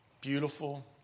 beautiful